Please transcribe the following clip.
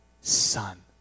son